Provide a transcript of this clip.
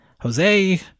Jose